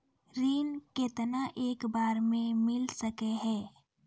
ऋण केतना एक बार मैं मिल सके हेय?